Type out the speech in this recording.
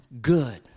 good